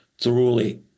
truly